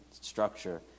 structure